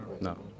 No